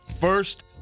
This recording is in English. First